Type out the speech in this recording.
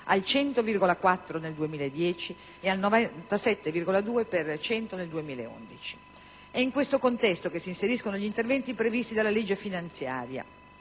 per cento nel 2010 ed al 97,2 per cento nel 2011. È in questo contesto che si inseriscono gli interventi previsti dalla legge finanziaria,